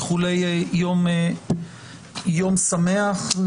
איחולי יום ט"ו בשבט שמח,